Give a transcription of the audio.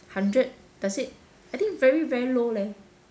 hundred does it I think very very low leh